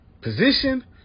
position